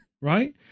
Right